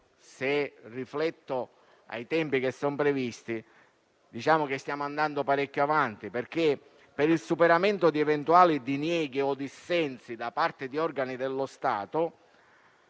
- rispetto ai tempi previsti, stiamo andando parecchio avanti - perché, per il superamento di eventuali dinieghi o dissensi da parte di organi dello Stato,